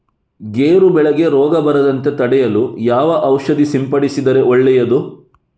ಗೇರು ಬೆಳೆಗೆ ರೋಗ ಬರದಂತೆ ತಡೆಯಲು ಯಾವ ಔಷಧಿ ಸಿಂಪಡಿಸಿದರೆ ಒಳ್ಳೆಯದು?